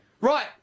Right